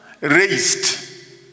raised